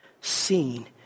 seen